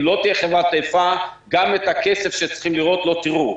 אם לא תהיה חברת תעופה גם את הכסף שצריכים לראות לא תראו,